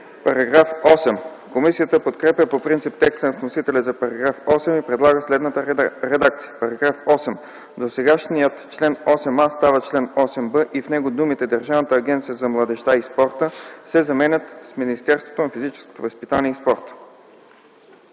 СТОИЧКОВ: Комисията подкрепя по принцип текста на вносителя за § 8 и предлага следната редакция: „§ 8. Досегашният чл. 8а става чл. 8б и в него думите „Държавната агенция за младежта и спорта” се заменят с „Министерството на физическото възпитание и спорта”.”